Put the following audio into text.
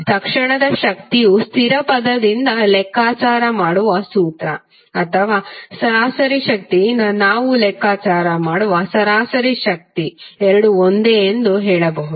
ತಕ್ಷಣದ ಶಕ್ತಿಯ ಸ್ಥಿರ ಪದದಿಂದ ಲೆಕ್ಕಾಚಾರ ಮಾಡುವ ಸೂತ್ರ ಅಥವಾ ಸರಾಸರಿ ಶಕ್ತಿಯಿಂದ ನಾವು ಲೆಕ್ಕಾಚಾರ ಮಾಡುವ ಸರಾಸರಿ ಶಕ್ತಿ ಎರಡೂ ಒಂದೇ ಎಂದು ಹೇಳಬಹುದು